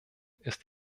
ist